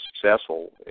successful